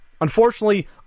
Unfortunately